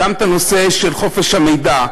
גם את הנושא של חופש המידע.